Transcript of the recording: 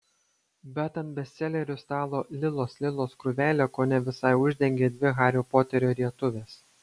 bet ant bestselerių stalo lilos lilos krūvelę kone visai uždengė dvi hario poterio rietuvės